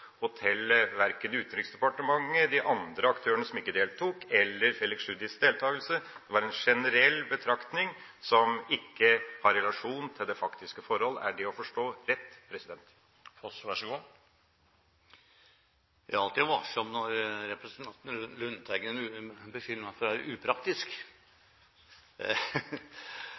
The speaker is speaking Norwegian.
til de praktiske forhold, verken til Utenriksdepartementet, de andre aktørene, som ikke deltok, eller til Felix Tschudis deltakelse. Det var en generell betraktning som ikke har relasjon til de faktiske forhold. Er det å forstå rett? Jeg er alltid varsom når representanten Lundteigen beskylder meg for å være upraktisk. Men det